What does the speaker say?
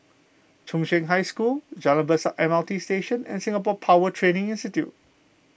Chung Cheng High School Jalan Besar M R T Station and Singapore Power Training Institute